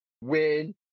win